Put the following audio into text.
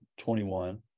21